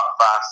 fast